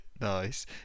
nice